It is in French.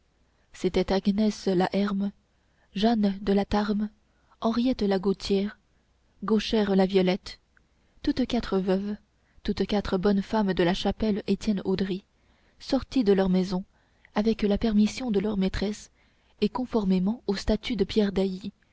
c'étaient agnès la herme jehanne de la tarme henriette la gaultière gauchère la violette toutes quatre veuves toutes quatre bonnes femmes de la chapelle étienne haudry sorties de leur maison avec la permission de leur maîtresse et conformément aux statuts de pierre